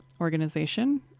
Organization